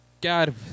God